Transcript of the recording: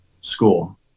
school